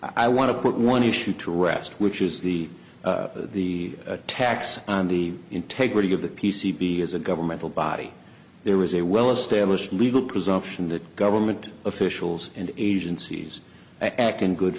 i want to put one issue to rest which is the the attacks on the integrity of the p c b as a governmental body there is a well established legal presumption that government officials and agencies act in good